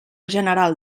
general